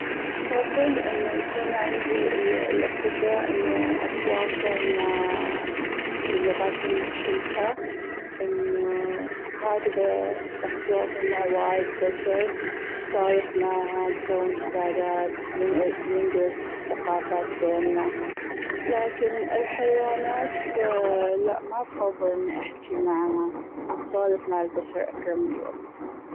بفظل أنه يكون عندي القدرة أني أتواصل مع- باللغات المختلفة أنه ههجدر راح أتواصل مع وايد بشر بسولف معاهم نكون صداجات بنن- بننجز الثقافات بينا لكن الحيوانات لأ ما بفضل أحجي معاها بسولف مع البشر أكرملي والله.